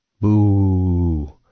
Boo